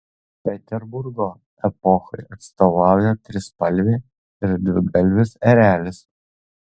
peterburgo epochai atstovauja trispalvė ir dvigalvis erelis